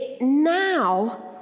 now